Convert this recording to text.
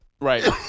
Right